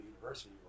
University